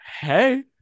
hey